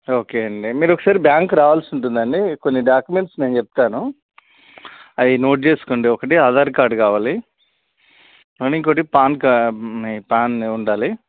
okay అండి మీరొకసారి బ్యాంక్కి రావాల్సి ఉంటుందండి కొన్ని డాక్యుమెంట్స్ నేను చెప్తాను అయి నోట్ చేసుకోండి ఒకటి ఆధార్ కార్డ్ కావాలి అండ్ ఇంకోటి పాన్ కార్డ్ మీ పాన్ ఉండాలి